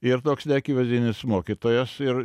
ir toks neakivaizdinis mokytojas ir